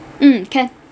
mm can